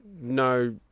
No